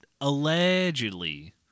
Allegedly